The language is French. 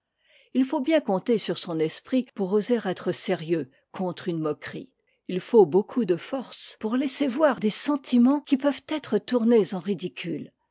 il faut bien compter sur son esprit pour oser être sérieux contre une moquerie il faut beaucoup de force pour laisser voir des sentiments qui peuvent être tournés en